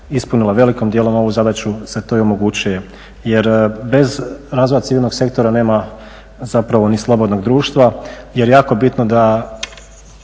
ispunila velikim dijelom ovu zadaću se to i omogućuje. Jer bez razvoja civilnog sektora nema zapravo ni slobodnog društva. Jer je jako bitno da